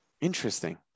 Interesting